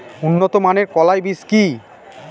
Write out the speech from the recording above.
উন্নত মানের কলাই বীজ কি?